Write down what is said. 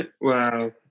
Wow